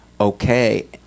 okay